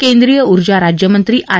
केंद्रीय ऊर्जा राज्यमंत्री आर